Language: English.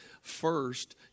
First